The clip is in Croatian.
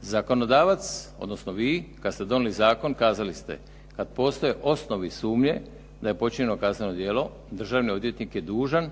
Zakonodavac, odnosno vi kad ste donijeli zakon kazali ste kad postoje osnovi sumnje da je počinjeno kazneno djelo državni odvjetnik je dužan